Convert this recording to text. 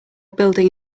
building